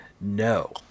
No